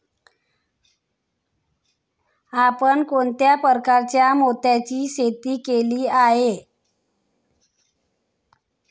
आपण कोणत्या प्रकारच्या मोत्यांची शेती केली आहे?